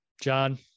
john